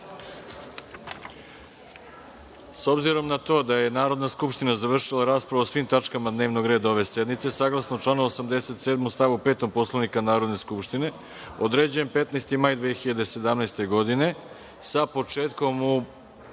obzirom na to da je Narodna skupština završili raspravu o svim tačkama dnevnog reda ove sednice, saglasno članu 87. stav 5. Poslovnika Narodne skupštine, određujem 15. maj 2017. godine, sa početkom u